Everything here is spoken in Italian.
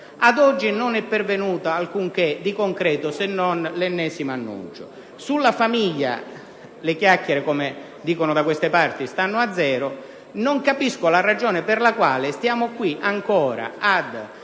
ad oggi non è pervenuto alcunché di concreto, se non l'ennesimo annuncio; infine, sulla famiglia le chiacchiere - come dicono da queste parti - stanno a zero. Non capisco quindi la ragione per la quale stiamo ancora qui